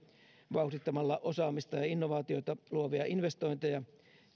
vauhdittamalla osaamista ja innovaatioita luovia investointeja